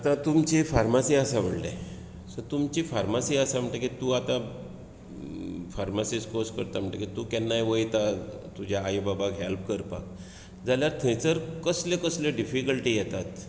आतां तुमची फार्मासी आसा म्हणले सो तुमची फार्मासी आसा म्हणटगीर तूं आतां फार्मासिस्ट कोर्स करता म्हणटगीर तूं केन्ना वयता तुज्या आई बाबाक हेल्प करपाक जाल्यार थंयसर कसले कसले डिफीकल्टी येतात